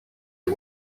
are